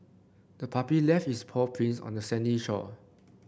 the puppy left is paw prints on the sandy shore